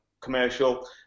commercial